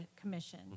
commission